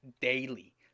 daily